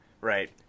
right